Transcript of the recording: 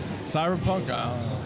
Cyberpunk